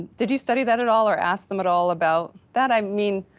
did you study that at all? or ask them at all about that? i mean,